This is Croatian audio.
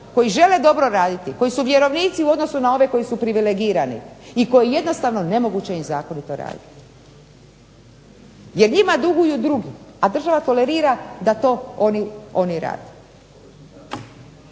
koji žele dobro raditi, koji su vjerovnici u odnosu na ove koji su privilegirani i koji jednostavno nemoguće i zakonito rade jer njima duguju drugi, a država tolerira da to oni rade.